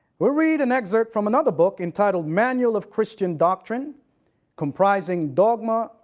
we'll read an excerpt from another book entitled manual of christian doctrine comprising, dogma,